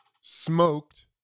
smoked